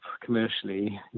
commercially